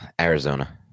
Arizona